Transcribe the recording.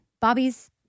Bobby's